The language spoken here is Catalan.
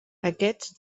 aquests